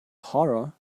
horror